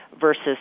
versus